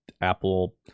Apple